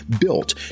built